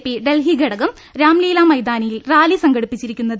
P Delhi ഘടകം രാം ലീല മൈതാനിയിൽ rally സംഘടിപ്പിച്ചിരിക്കുന്നത്